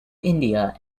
india